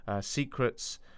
Secrets